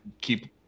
keep